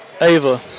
Ava